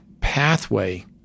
pathway